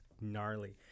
gnarly